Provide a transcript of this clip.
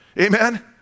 Amen